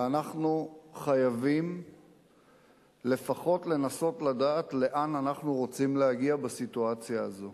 ואנחנו חייבים לפחות לנסות לדעת לאן אנחנו רוצים להגיע בסיטואציה הזאת.